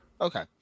Okay